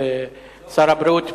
שר הבריאות בפועל,